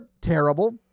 Terrible